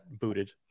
booted